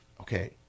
Okay